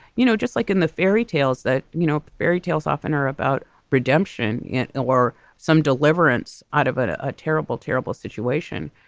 you know, just like in the fairy tales that, you know, fairy tales often are about redemption or some deliverance out of but a terrible, terrible situation.